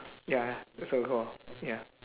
ya uh so call ya